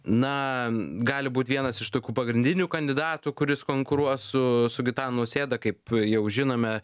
na gali būt vienas iš tokių pagrindinių kandidatų kuris konkuruos su su gitanu nausėda kaip jau žinome